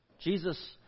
Jesus